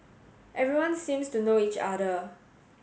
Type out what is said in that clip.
everyone seems to know each other